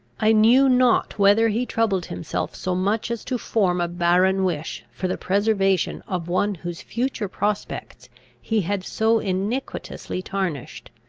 i knew not whether he troubled himself so much as to form a barren wish for the preservation of one whose future prospects he had so iniquitously tarnished.